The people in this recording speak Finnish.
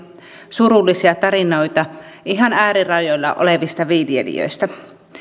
surullisia tarinoita ihan äärirajoilla olevista viljelijöistä